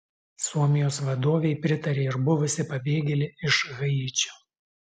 suomijos vadovei pritarė ir buvusi pabėgėlė iš haičio